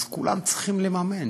אז כולם צריכים לממן,